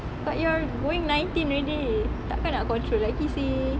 but you are going nineteen already takkan nak control lagi seh